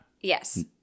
yes